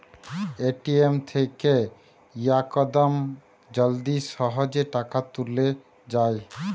ATM থেকে ইয়াকদম জলদি সহজে টাকা তুলে যায়